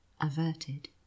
averted